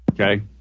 Okay